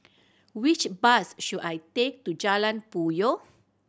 which bus should I take to Jalan Puyoh